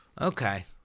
Okay